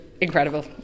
incredible